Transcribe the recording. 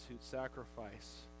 sacrifice